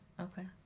Okay